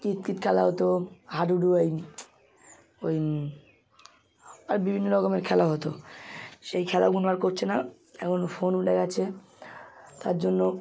কিতকিত খেলা হতো হাডুডু ওই ওইম আর বিভিন্ন রকমের খেলা হতো সেই খেলাগুনো আর করছে না এখন ফোন উঠে গেছে তার জন্য